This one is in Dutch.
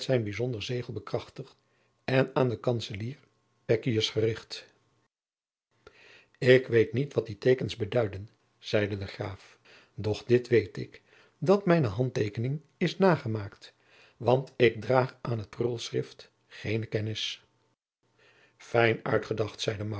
zijn bijzonder zegel bekrachtigd en aan den kantzelier pekkius gericht ik weet niet wat die teekens beduiden zeide de graaf doch dit weet ik dat mijne handteekening is nagemaakt want ik draag aan het prulschrift geene kennis fijn uitgedacht zeide